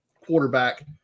quarterback